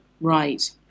Right